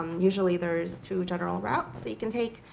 usually there's two general routes that you can take.